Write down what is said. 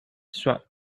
swag